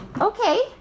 okay